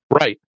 Right